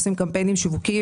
עושות קמפיינים שיווקיים,